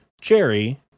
Jerry